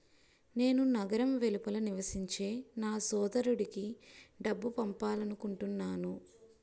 నేను నగరం వెలుపల నివసించే నా సోదరుడికి డబ్బు పంపాలనుకుంటున్నాను